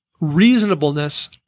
reasonableness